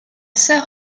sœur